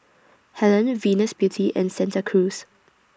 Helen Venus Beauty and Santa Cruz